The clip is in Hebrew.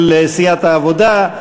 של סיעת העבודה,